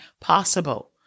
possible